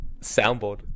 soundboard